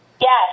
Yes